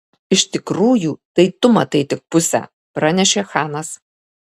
iš tikrųjų tai tu matai tik pusę pranešė chanas